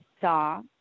saw